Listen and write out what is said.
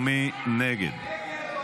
מי נגד?